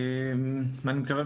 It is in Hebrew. אני מקווה,